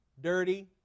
dirty